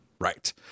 Right